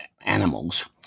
animals